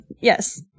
Yes